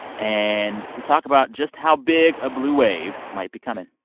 and we talk about just how big a blue wave might be coming.